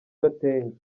gatenga